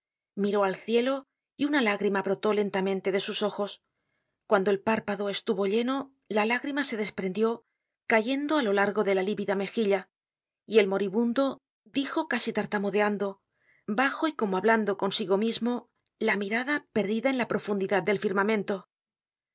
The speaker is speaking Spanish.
miró al cielo y una lágrima brotó lentamente de sus ojos cuando el párpado estuvo lleno la lágrima se desprendió cayendo á lo largo de la lívida mejilla y el moribundo dijo casi tartamudeando bajo y como hablando consigo mismo la mirada perdida en la profundidad del firmamento